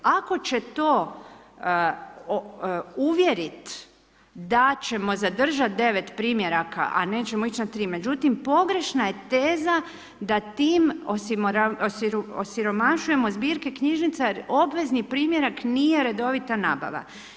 Ako će to uvjeriti da ćemo zadržati 9 primjeraka a nećemo ići na 3. Međutim, pogrešna je teza da tim osiromašujemo zbirku knjižnica jer obvezni primjerak nije redovita nabava.